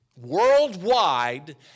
worldwide